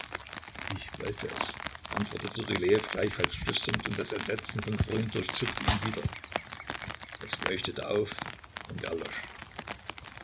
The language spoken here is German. ich wollte es antwortete rylejew gleichfalls flüsternd und das entsetzen von vorhin durchzuckte ihn wieder es leuchtete auf und erlosch